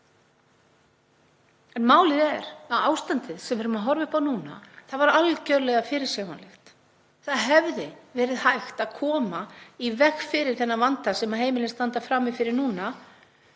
En málið er að ástandið sem við horfum upp á núna var algjörlega fyrirsjáanlegt. Það hefði verið hægt að koma í veg fyrir þennan vanda sem heimilin standa frammi fyrir núna